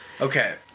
Okay